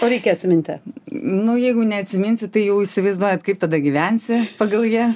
o reikia atsiminti nu jeigu neatsiminsi tai jau įsivaizduojat kaip tada gyvensi pagal jas